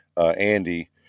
Andy